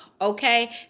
okay